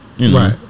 Right